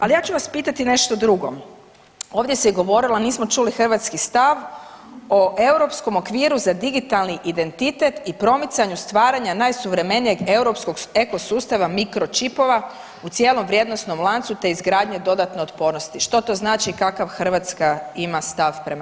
Ali ja ću vas pitati nešto drugo, ovdje se govorilo, a nismo čuli hrvatski stav o Europskom okviru za digitalni identitet i promicanju stvaranja najsuvremenijeg europskog eko sustava miročipova u cijelom vrijednosnom lancu te izgradnje dodatne otpornosti, što to znači i kakav Hrvatska ima stav prema tome?